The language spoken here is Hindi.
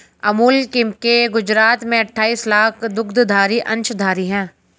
अमूल के गुजरात में अठाईस लाख दुग्धधारी अंशधारी है